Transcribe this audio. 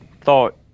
thought